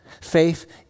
Faith